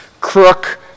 crook